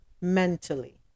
mentally